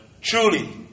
Truly